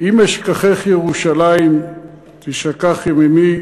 "אם אשכחך ירושלים תשכח ימיני,